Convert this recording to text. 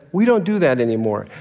we don't do that anymore.